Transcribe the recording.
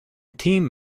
team